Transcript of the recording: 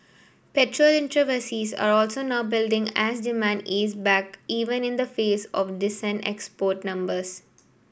petrol inventories are also now building as demand ease back even in the face of decent export numbers